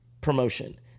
promotion